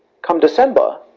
come december,